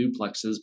duplexes